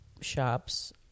shops